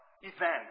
event